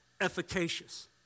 efficacious